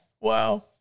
Wow